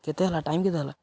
କେତେ ହେଲା ଟାଇମ୍ କେତେ ହେଲା